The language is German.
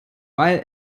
weil